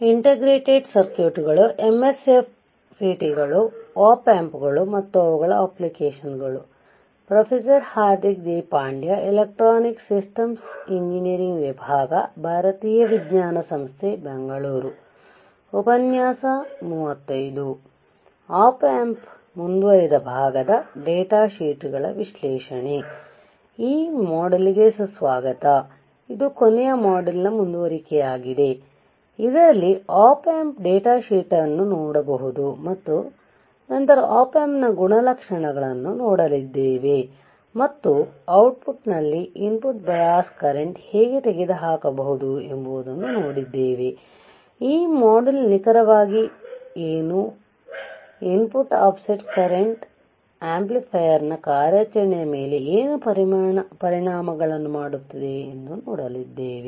ಈ ಮಾಡ್ಯೂಲ್ಗೆ ಸುಸ್ವಾಗತ ಇದು ಕೊನೆಯ ಮಾಡ್ಯೂಲ್ನ ಮುಂದುವರಿಕೆಯಾಗಿದೆ ಇದರಲ್ಲಿ Op Amp ಡೇಟಾ ಶೀಟ್ ಅನ್ನು ನೋಡಬಹುದು ಮತ್ತು ನಂತರ Op Amp ನ ಗುಣಲಕ್ಷಣಗಳನ್ನು ನೋಡಲಿದ್ದೇವೆ ಮತ್ತು ಔಟ್ಪುಟ್ನಲ್ಲಿ ಇನ್ಪುಟ್ ಬಯಾಸ್ ಕರೆಂಟ್ ನ್ನು ಹೇಗೆ ತೆಗೆದುಹಾಕಬಹುದು ಎಂಬುದನ್ನು ನೋಡಿದ್ದೇವೆ ಈ ಮಾಡ್ಯೂಲ್ ನಿಖರವಾಗಿ ಏನು ಇನ್ಪುಟ್ ಆಫ್ಸೆಟ್ ಕರೆಂಟ್ ಆಂಪ್ಲಿಫಯರ್ನ ಕಾರ್ಯಾಚರಣೆಯ ಮೇಲೆ ಏನು ಪರಿಣಾಮಗಳನ್ನು ಮಾಡುತ್ತದೆ ಎಂದು ನೋಡಲಿದ್ದೇವೆ